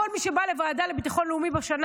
כל מי שבא לוועדה לביטחון לאומי בשנה